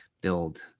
build